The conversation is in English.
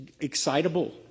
excitable